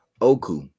Oku